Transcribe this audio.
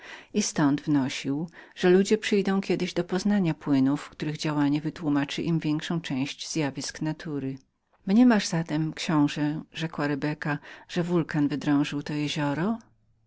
i ztąd wnosił że ludzie przyjdą kiedyś do poznania płynów których skutki wytłumaczą im większą część zjawisk natury mniemasz pan zatem rzekła rebeka że wulkan wydrążył to jezioro